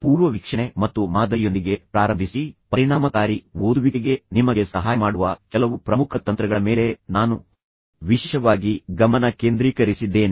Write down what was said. ಪೂರ್ವವೀಕ್ಷಣೆ ಮತ್ತು ಮಾದರಿಯೊಂದಿಗೆ ಪ್ರಾರಂಭಿಸಿ ಪರಿಣಾಮಕಾರಿ ಓದುವಿಕೆಗೆ ನಿಮಗೆ ಸಹಾಯ ಮಾಡುವ ಕೆಲವು ಪ್ರಮುಖ ತಂತ್ರಗಳ ಮೇಲೆ ನಾನು ವಿಶೇಷವಾಗಿ ಗಮನ ಕೇಂದ್ರೀಕರಿಸಿದ್ದೇನೆ